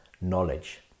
knowledge